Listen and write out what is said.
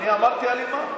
אני אמרתי אלימה?